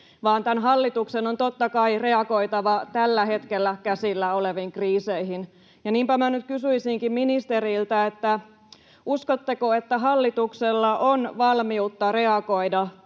vaan tämän hallituksen on totta kai reagoitava tällä hetkellä käsillä oleviin kriiseihin. Niinpä minä nyt kysyisinkin ministeriltä: Uskotteko, että hallituksella on valmiutta reagoida,